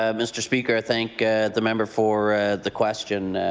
ah mr. speaker. i thank the member for the question.